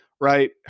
right